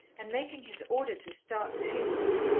and making his auditor start painfully.